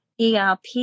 ERP